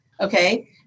okay